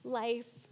life